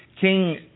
King